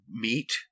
meet